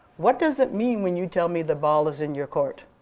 what does it mean when you tell me the ball is in your court?